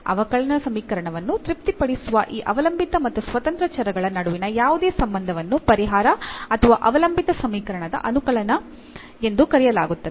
ಅವಕಲನ ಸಮೀಕರಣವನ್ನು ತೃಪ್ತಿಪಡಿಸುವ ಈ ಅವಲಂಬಿತ ಮತ್ತು ಸ್ವತಂತ್ರ ಚರಗಳ ನಡುವಿನ ಯಾವುದೇ ಸಂಬಂಧವನ್ನು ಪರಿಹಾರ ಅಥವಾ ಅವಲಂಬಿತ ಸಮೀಕರಣದ ಅನುಕಲನ ಎಂದು ಕರೆಯಲಾಗುತ್ತದೆ